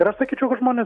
ir aš sakyčiau kad žmonės